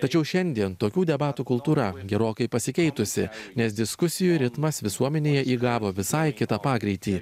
tačiau šiandien tokių debatų kultūra gerokai pasikeitusi nes diskusijų ritmas visuomenėje įgavo visai kitą pagreitį